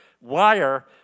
wire